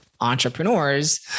entrepreneurs